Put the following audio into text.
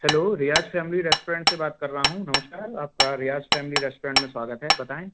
hello Riyaz family restaurant से बात कर रहा हूँ नमस्कार आप का रियाज़ फैमिली रेस्टोरेंट में स्वागत है बताएँ